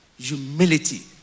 humility